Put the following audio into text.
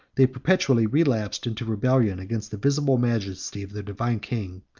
they perpetually relapsed into rebellion against the visible majesty of their divine king,